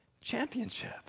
championship